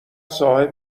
صاحب